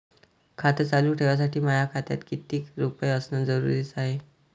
खातं चालू ठेवासाठी माया खात्यात कितीक रुपये असनं जरुरीच हाय?